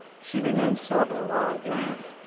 she remained sober while i drank.